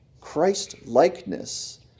Christ-likeness